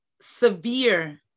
severe